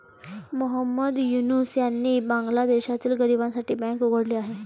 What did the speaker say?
मोहम्मद युनूस यांनी बांगलादेशातील गरिबांसाठी बँक उघडली आहे